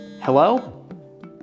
Hello